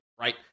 right